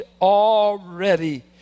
already